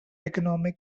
economic